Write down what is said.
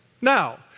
Now